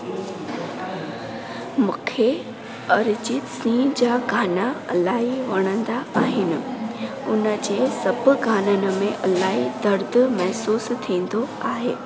मूंखे अरिजीत सिंह जा गाना इलाही वणंदा आहिनि उनजे सभु गाननि में इलाही दर्द महिसूसु थींदो आहे